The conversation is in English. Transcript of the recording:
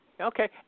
Okay